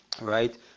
right